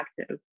active